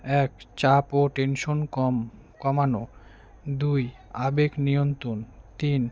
এক চাপ ও টেনশন কম কমানো দুই আবেগ নিয়ন্ত্রণ তিন